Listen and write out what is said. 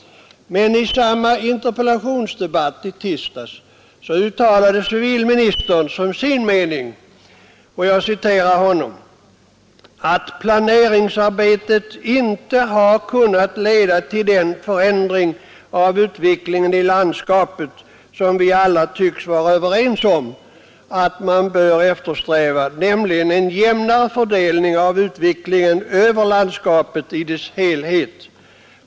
Men i samma interpellationsdebatt i tisdags uttalade civilministern som sin mening att han ”konstaterat att planeringsarbetet inte har kunnat leda till den förändring av utvecklingen i landskapet som vi alla tycks vara överens om att man bör eftersträva, nämligen en jämnare fördelning av utvecklingen över landskapet i dess helhet”.